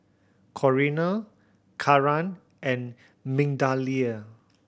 Corrina Karan and Migdalia